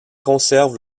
conservent